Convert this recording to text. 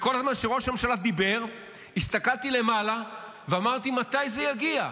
וכל זמן שראש הממשלה דיבר הסתכלתי למעלה ואמרתי: מתי זה יגיע.